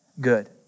good